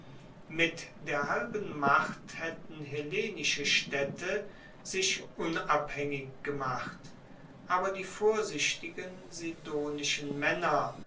mit der halben macht haetten hellenische staedte sich unabhaengig gemacht aber die vorsichtigen sidonischen maenner